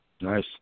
Nice